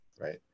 right